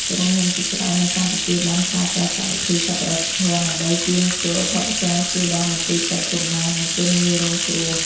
ក្រុមហ៊ុនជាច្រើននៅកម្ពុជាបានប្រើប្រាស់កម្មវិធី សប្បុរសធម៌ ដើម្បីកៀងគរថវិកាជួយដល់មន្ទីរពេទ្យកុមារ និងជនងាយរងគ្រោះ។